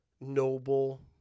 noble